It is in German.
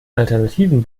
alternativen